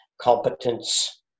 competence